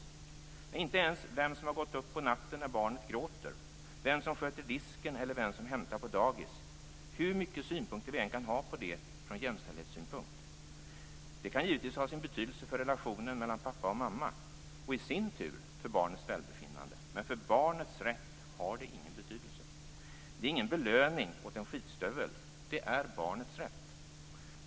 Nej, det är inte ens intressant vem som gått upp på natten när barnet gråter, vem som sköter disken eller vem som hämtar på dagis - hur mycket synpunkter vi än kan ha på det från jämställdhetssynpunkt. Detta kan givetvis ha sin betydelse för relationen mellan pappa och mamma och i sin tur för barnets välbefinnande. Men för barnets rätt har det ingen betydelse. Det är ingen belöning åt en skitstövel - det är barnets rätt!